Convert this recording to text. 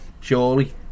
surely